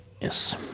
Yes